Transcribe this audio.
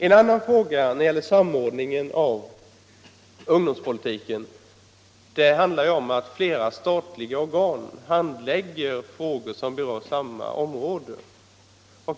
En annan sak som gäller samordningen av ungdomspolitiken är att flera olika statliga organ handlägger frågor som berör samma områden.